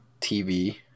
TV